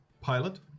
Pilot